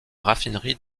raffinerie